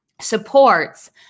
supports